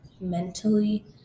mentally